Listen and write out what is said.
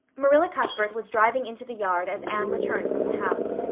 marilla cuthbert was driving into the yard as anne returned from the house,